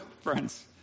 friends